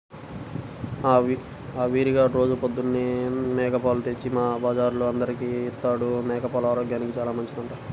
ఆ వీరిగాడు రోజూ పొద్దన్నే మేక పాలు తెచ్చి మా బజార్లో అందరికీ ఇత్తాడు, మేక పాలు ఆరోగ్యానికి చానా మంచిదంట